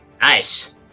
Nice